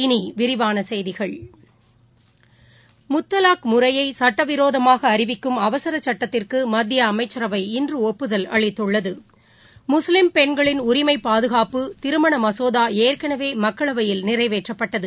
இனிவிரிவானசெய்திகள் முத்தலாக் முறையைசுட்டவிரோமாகஅறிவிக்கும் அவசரசுட்டத்திற்குமத்தியஅமைச்சரவை இன்றுஒப்புதல் அளித்துள்ளது முஸ்லீம் பெண்களின் உரிமைபாதுகாப்பு திருமணமசோதாஏற்கனவேமக்களவையில் நிறைவேற்றப்பட்டது